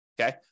Okay